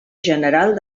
general